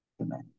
Amen